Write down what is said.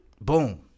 Boom